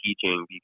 teaching